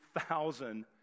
thousand